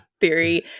theory